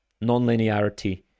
non-linearity